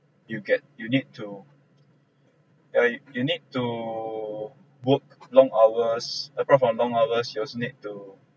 you get you need to yeah you need to work long hours apart from the long hours you also need to